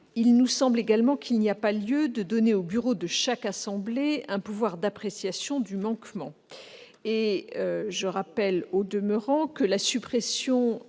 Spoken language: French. Il nous semble également qu'il n'y a pas lieu de donner au bureau de chaque assemblée un pouvoir d'appréciation du manquement. Je rappelle, au demeurant, que la suppression